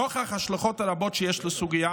נוכח ההשלכות הרבות שיש לסוגיה,